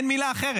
אין מילה אחרת.